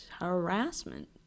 harassment